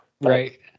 right